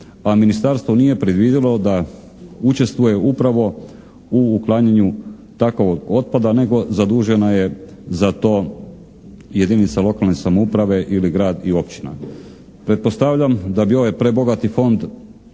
a Ministarstvo nije predvidjelo da učestvuje upravo u uklanjanju takvoga otpada nego zadužena je za to jedinica lokalne samouprave ili grad i općina.